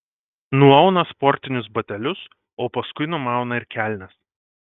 nuauna sportinius batelius o paskui numauna ir kelnes